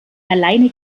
alleine